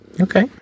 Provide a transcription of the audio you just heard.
Okay